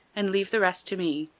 and leave the rest to me.